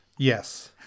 Yes